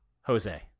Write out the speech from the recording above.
Jose